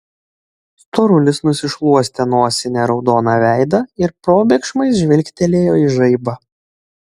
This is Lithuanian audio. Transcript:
storulis nusišluostė nosine raudoną veidą ir probėgšmais žvilgtelėjo į žaibą